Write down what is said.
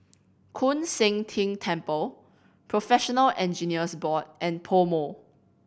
Koon Seng Ting Temple Professional Engineers Board and PoMo